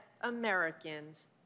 Americans